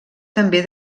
també